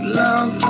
love